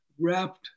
wrapped